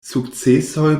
sukcesoj